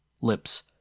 Lips